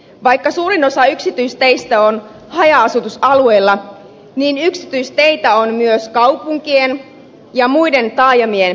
vaikka suurin osa yksityisteistä on haja asutusalueilla niin yksityisteitä on myös kaupunkien ja muiden taajamien läheisyydessä